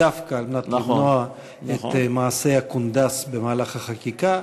דווקא על מנת למנוע את מעשי הקונדס במהלך החקיקה.